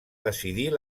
decidir